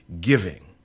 giving